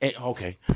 Okay